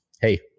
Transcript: Hey